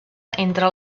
entre